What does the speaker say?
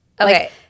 Okay